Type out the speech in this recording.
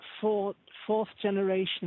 fourth-generation